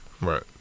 Right